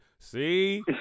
See